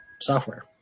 software